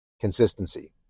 Consistency